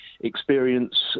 experience